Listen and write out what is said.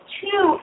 two